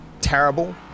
terrible